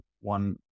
one